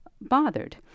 bothered